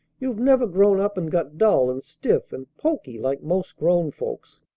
you've never grown up and got dull and stiff and poky like most grown folks.